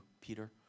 Peter